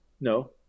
No